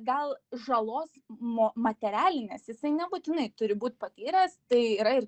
gal žalos mo materialinės jisai nebūtinai turi būt patyręs tai yra ir